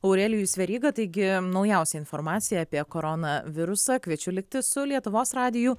aurelijus veryga taigi naujausią informaciją apie koronavirusą kviečiu likti su lietuvos radiju